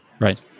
right